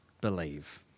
believe